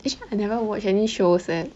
which [one] I never watch any shows leh